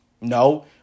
No